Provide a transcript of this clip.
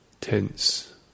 tense